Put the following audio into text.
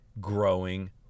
growing